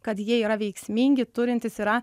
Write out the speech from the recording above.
kad jie yra veiksmingi turintys yra